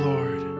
Lord